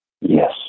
Yes